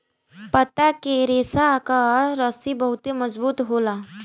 पत्ता के रेशा कअ रस्सी बहुते मजबूत होला